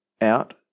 out